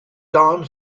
don